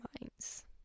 minds